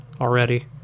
already